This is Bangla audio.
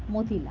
মতিলাল